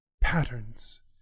patterns